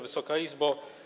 Wysoka Izbo!